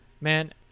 Man